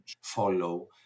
follow